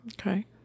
Okay